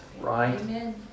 Right